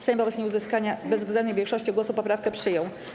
Sejm wobec nieuzyskania bezwzględnej większości głosów poprawkę przyjął.